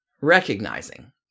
recognizing